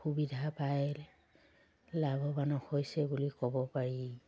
সুবিধা পাই লাভৱান হৈছে বুলি ক'ব পাৰি